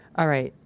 all right.